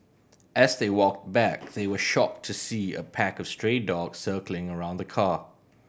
as they walked back they were shocked to see a pack of stray dogs circling around the car